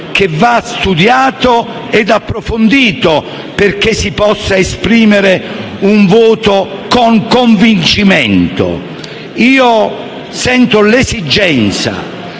che va studiato e approfondito perché si possa esprimere un voto con convincimento. Dovendo esprimere